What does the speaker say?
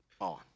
on